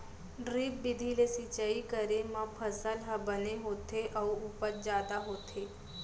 drip बिधि ले सिंचई करे म फसल ह बने होथे अउ उपज जादा होथे